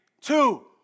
two